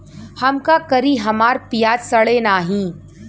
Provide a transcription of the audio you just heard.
हम का करी हमार प्याज सड़ें नाही?